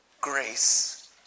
grace